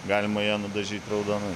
galima ją nudažyt raudonai